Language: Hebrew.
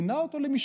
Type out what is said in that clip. מינה אותו למשנה.